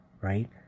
right